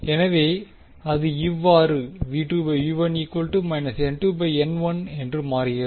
எனவே அது இவ்வாறு மாறுகிறது